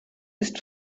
ist